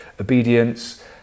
obedience